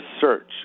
search